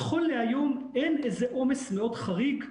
נכון להיום, אין איזה עומס מאוד חריג.